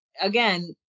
again